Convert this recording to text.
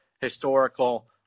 historical